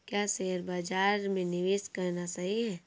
क्या शेयर बाज़ार में निवेश करना सही है?